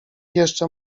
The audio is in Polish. jeszcze